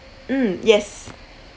mm yes